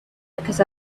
because